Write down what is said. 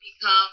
become